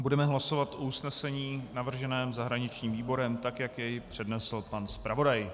Budeme hlasovat o usnesení navrženém zahraničním výborem tak, jak jej přednesl pan zpravodaj.